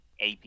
AP